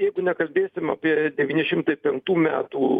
jeigu nekalbėsim apie devyni šimtai penktų metų